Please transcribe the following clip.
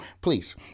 please